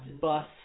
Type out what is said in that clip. bus